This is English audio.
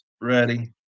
ready